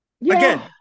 Again